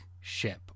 ship